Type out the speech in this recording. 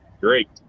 Great